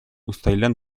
uztailean